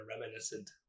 reminiscent